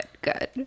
good